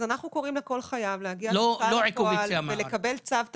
אז אנחנו קוראים לכל חייב להגיע ללשכת ההוצאה לפועל ולקבל צו תשלום.